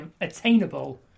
attainable